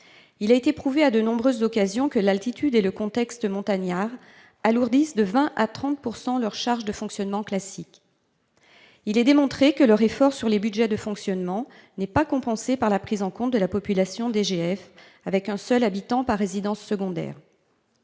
Il a été prouvé à de nombreuses occasions que l'altitude et le contexte montagnard alourdissent de 20 % à 30 % leurs charges de fonctionnement classiques. De même, il est démontré que leur effort sur les budgets de fonctionnement n'est pas compensé par la prise en compte de la population DGF, un seul habitant étant comptabilisé par résidence secondaire.